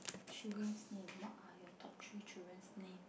children's name